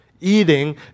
eating